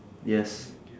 yes